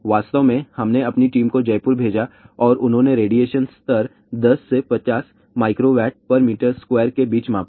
वास्तव में हमने अपनी टीम को जयपुर भेजा और उन्होंने रेडिएशन स्तर 10 से 50 mWm2 के बीच मापा